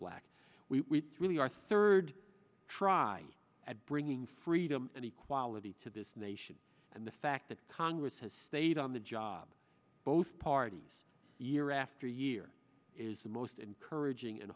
black we really are third try at bringing freedom and equality to this nation and the fact that congress has stayed on the job both parties year after year is the most encouraging